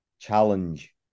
challenge